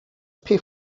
pay